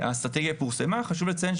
האסטרטגיה פורסמה, וחשוב לציין,